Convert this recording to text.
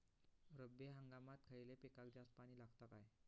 रब्बी हंगामात खयल्या पिकाक जास्त पाणी लागता काय?